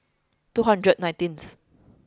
two hundred nineteenth